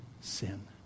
sin